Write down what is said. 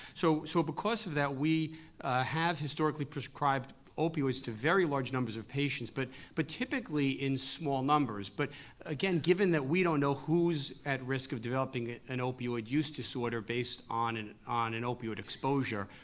so so because of that, we have historically prescribed opioids to very large numbers of patients, but but typically in small numbers. but again, given that we don't know who's at risk of developing an opioid use disorder based on an on an opioid exposure,